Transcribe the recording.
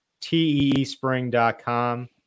teespring.com